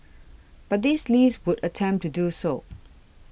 but this list would attempt to do so